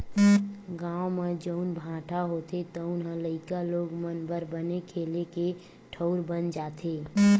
गाँव म जउन भाठा होथे तउन ह लइका लोग मन बर बने खेले के ठउर बन जाथे